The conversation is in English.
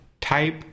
type